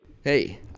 Hey